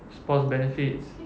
spouse benefits